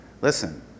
listen